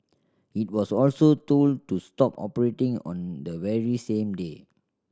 it was also told to stop operating on the very same day